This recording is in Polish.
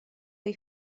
tej